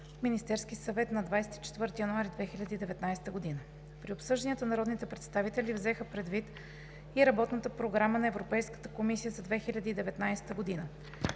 Министерския съвет на 24 януари 2019 г. При обсъжданията народните представители взеха предвид и Работната програма на Европейската комисия за 2019 г.